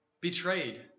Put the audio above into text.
betrayed